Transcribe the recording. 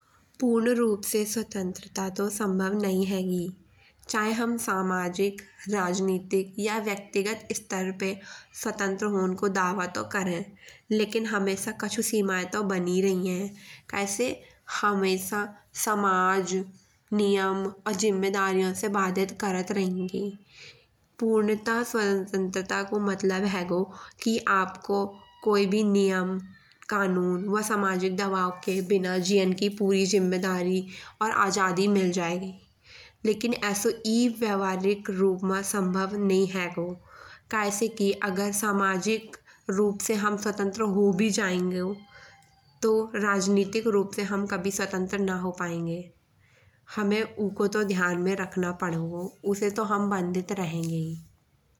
पूर्णरूप से स्वतंत्रता तो संभवो मइ हैगी। चाहे हम सामाजिक या राजनीतिक या व्यक्तिगत स्तर पे स्वतंत्र होने को दावा तो करें। लेकिन हमेशा कछु सीमाएँ तो बनी रही हैं। कय से हमेशा समाज नियम और जिम्मेदारियों से वधित करत रहिंगी। पूर्णता स्वतंत्रता को मतलब हैगो कि आपको कोई भी नियम कानून वा सामाजिक दबाव के बिना जियन की पूरी जिम्मेदारी और आजादी मिल जाएगी। लेकिन ऐसो ई व्यावहारिक रूप म संभव नी हैगो। कय से कि अगर सामाजिक रूप से हम स्वतंत्र हो भी जैंगो तो राजनीतिक रूप से हम कभी स्वतंत्र नहीं हो पाएंगे। हमे उको तो ध्यान में रखनो पडोगो। उसे तो हम वधित रहेंगे ही।